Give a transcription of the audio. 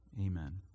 Amen